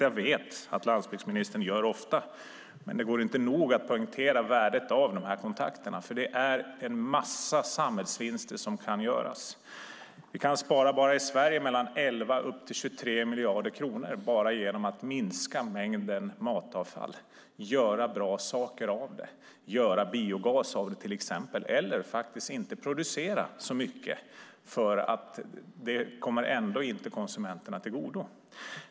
Jag vet att landsbygdsministern ofta möter dem, men det går inte nog att understryka värdet av dessa kontakter. En massa samhällsvinster kan göras. I Sverige kan vi spara mellan 11 och 23 miljarder kronor bara genom att minska mängden matavfall och göra bra saker av det, till exempel biogas, eller inte producera så mycket eftersom det ändå inte kommer konsumenterna till godo.